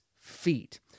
feet